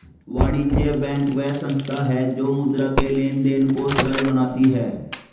वाणिज्य बैंक वह संस्था है जो मुद्रा के लेंन देंन को सरल बनाती है